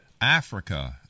Africa